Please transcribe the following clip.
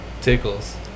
tickles